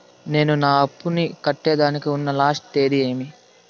నేను నా అప్పుని కట్టేదానికి ఉన్న లాస్ట్ తేది ఏమి?